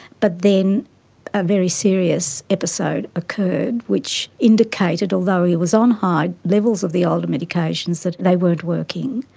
but then a very serious episode occurred which indicated, although he was on high levels of the older medications, that they weren't working,